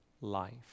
life